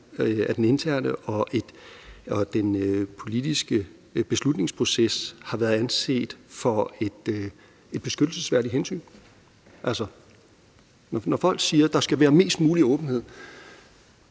at den interne og den politiske beslutningsproces har været anset for et beskyttelsesværdigt hensyn. Altså, når folk siger, at der skal være mest mulig åbenhed,